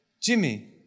Jimmy